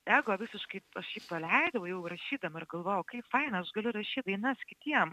ego visiškai aš jį paleidau jau rašydama ir galvojau kaip faina aš galiu rašyt dainas kitiem